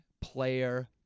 player